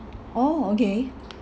oh okay